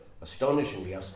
astonishingly